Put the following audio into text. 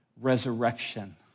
resurrection